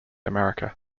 america